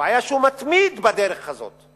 הבעיה היא שהוא מתמיד בדרך הזאת.